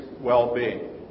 well-being